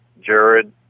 Jared